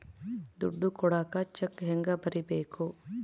ದುಡ್ಡು ಕೊಡಾಕ ಚೆಕ್ ಹೆಂಗ ಬರೇಬೇಕು?